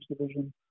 division